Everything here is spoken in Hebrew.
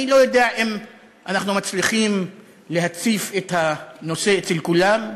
אני לא יודע אם אנחנו מצליחים להציף את הנושא אצל כולם,